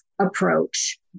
approach